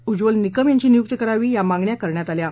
उज्वल निकम यांची नियुक्ती करावी या मागण्या करण्यात आल्या आहे